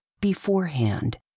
beforehand